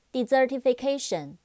Desertification